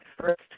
first